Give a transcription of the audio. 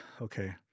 okay